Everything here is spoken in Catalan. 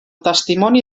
testimoni